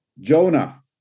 Jonah